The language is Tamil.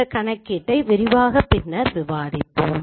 இந்த கணக்கீட்டை விரிவாக பின்னர் விவாதிப்போம்